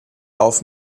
auf